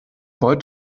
wollt